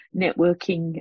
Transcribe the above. networking